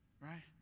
right